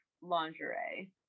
lingerie